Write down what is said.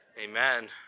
Amen